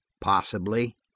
Possibly